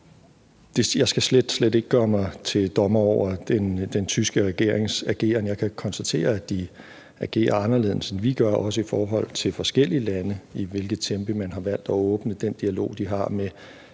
Jeg skal slet, slet ikke gøre mig til dommer over den tyske regerings ageren, men jeg kan konstatere, at de agerer anderledes, end vi gør, også i forhold til forskellige lande i forbindelse med, i hvilket tempo man har valgt at åbne. Det gælder den dialog, de har med